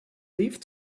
leave